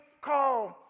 called